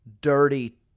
dirty